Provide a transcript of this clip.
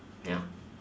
ya